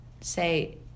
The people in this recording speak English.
say